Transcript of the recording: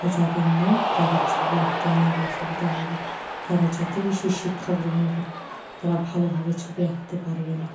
আর যাদের নেই তাদের ছবি আঁকতে অনেক অসুবিধা হবে তারা যতই বেশি শিক্ষা গ্রহণ করুক তারা ভালোভাবে ছবি আঁকতে পারবে না